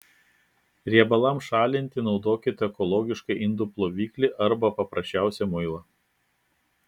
riebalams šalinti naudokite ekologišką indų ploviklį arba paprasčiausią muilą